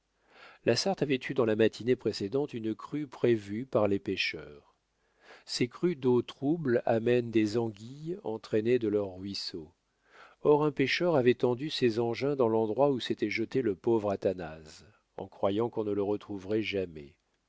la sarthe avait eu dans la matinée précédente une crue prévue par les pêcheurs ces crues d'eaux troubles amènent des anguilles entraînées de leurs ruisseaux or un pêcheur avait tendu ses engins dans l'endroit où s'était jeté le pauvre athanase en croyant qu'on ne le retrouverait jamais